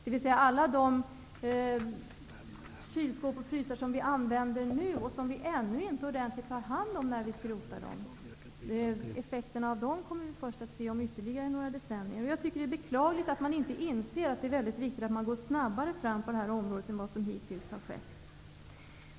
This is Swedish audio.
Effekterna av alla de kylskåp och frysar som vi nu använder kommer vi först att se om ytterligare några decennier. Vi tar ännu inte ordentligt hand om dem när vi skrotar dem. Jag tycker att det är beklagligt att man inte inser att det är mycket viktigt att man går snabbare fram på detta område än vad man hittills har gjort.